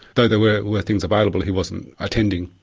though there were were things available, he wasn't attending.